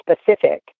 specific